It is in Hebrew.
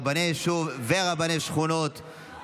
רבני יישוב ורבני שכונות),